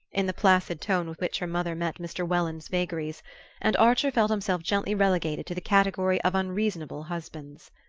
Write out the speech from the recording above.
in the placid tone with which her mother met mr. welland's vagaries and archer felt himself gently relegated to the category of unreasonable husbands.